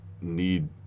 need